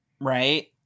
right